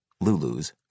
Lulu's